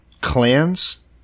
clans